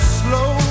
slow